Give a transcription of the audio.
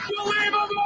Unbelievable